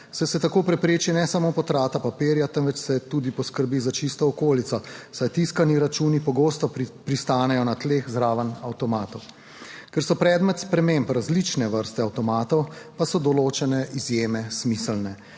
saj se tako prepreči ne samo potrata papirja, temveč se tudi poskrbi za čisto okolico, saj tiskani računi pogosto pristanejo na tleh zraven avtomatov. Ker so predmet sprememb različne vrste avtomatov, pa so določene izjeme smiselne.